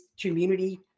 community